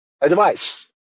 advice